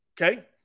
Okay